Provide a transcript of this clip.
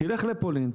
תלך לפולין,